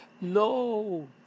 no